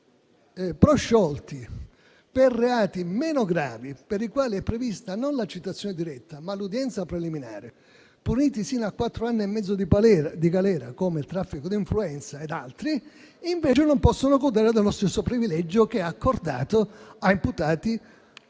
invece prosciolti per reati meno gravi, per i quali è prevista non la citazione diretta, ma l'udienza preliminare, puniti sino a quattro anni e mezzo di galera, come il traffico di influenze ed altri, invece non possano godere dello stesso privilegio accordato a imputati